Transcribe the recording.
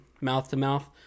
mouth-to-mouth